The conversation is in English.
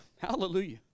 Hallelujah